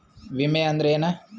ವಿಮೆ ಅಂದ್ರೆ ಏನ?